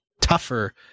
tougher